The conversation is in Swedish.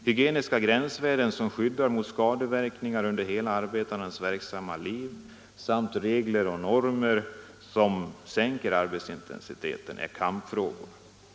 Hygieniska gränsvärden som skyddar mot skadeverkningar under arbetarens hela verksamma liv samt regler och normer som sänker arbetsintensiteten är kampfrågor.